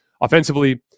offensively